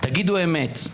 תגידו אמת.